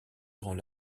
grand